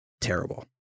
terrible